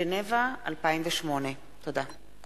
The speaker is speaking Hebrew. ז'נבה 2008. תודה.